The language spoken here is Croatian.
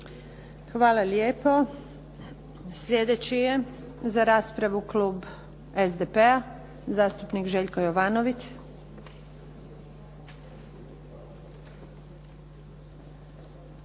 Hvala lijepa. Slijedeći je za raspravu klub SDP-a zastupnik Željko Jovanović.